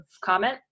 comment